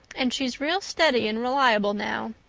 and she's real steady and reliable now.